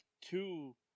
two